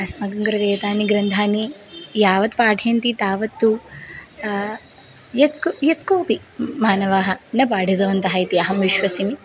अस्माकं कृते एतानि ग्रन्थानि यावत् पाठयन्ति तावत्तु यः कः यत् कोपि मानवाः न पाठितवन्तः इति अहं विश्वसिमि